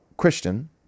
christian